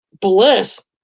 Bliss